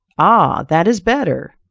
ah! that is better.